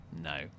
No